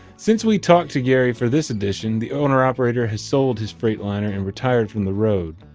since we talked to gary for this edition, the owner operator has sold his freightliner and retired from the road,